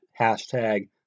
Hashtag